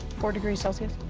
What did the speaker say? four degrees celsius.